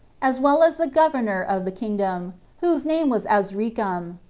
as well as the governor of the kingdom, whose name was azricam.